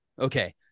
okay